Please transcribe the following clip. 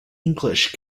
english